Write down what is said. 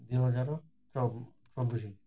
ଦୁଇ ହଜାର ଚ ଚବିଶ